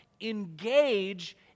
engage